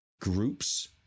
groups